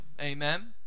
Amen